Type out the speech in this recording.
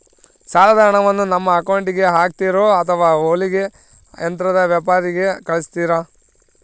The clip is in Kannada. ಸಾಲದ ಹಣವನ್ನು ನಮ್ಮ ಅಕೌಂಟಿಗೆ ಹಾಕ್ತಿರೋ ಅಥವಾ ಹೊಲಿಗೆ ಯಂತ್ರದ ವ್ಯಾಪಾರಿಗೆ ಕಳಿಸ್ತಿರಾ?